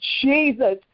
Jesus